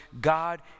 God